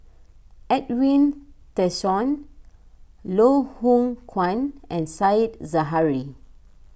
Edwin Tessensohn Loh Hoong Kwan and Said Zahari